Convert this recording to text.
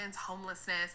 homelessness